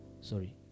sorry